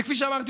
וכפי שאמרתי,